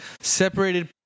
separated